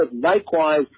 likewise